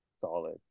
solid